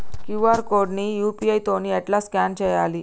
QR code ని UPI తోని ఎట్లా స్కాన్ చేయాలి?